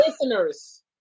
Listeners